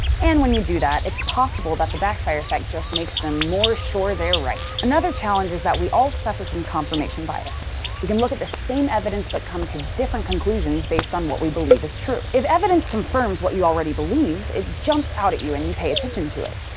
and when you do that, it's possible that the backfire effect just makes them more sure they're right. another challenge is that we all suffer from confirmation bias we can look at the same evidence but come to different conclusions based on what we believe is true. if evidence confirms what you already believe, it jumps out at you and you pay attention to it.